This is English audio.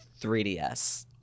3DS